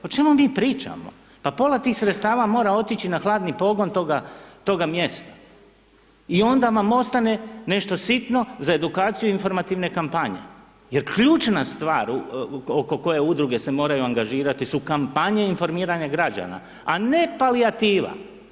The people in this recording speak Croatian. O čemu mi pričamo, pa pola tih sredstava mora otići na hladni pogon toga, toga mjesta i onda vam ostane nešto sitno za edukaciju i informativne kampanje jer ključna stvar oko koje udruge se moraju angažirati su kampanje informiranja građana, a ne palijativa.